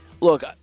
Look